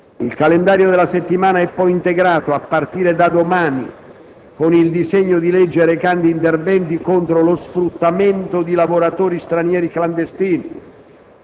Il calendario della settimana è poi integrato, a partire da domani, con il disegno di legge recante interventi contro lo sfruttamento di lavoratori stranieri clandestini,